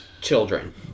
Children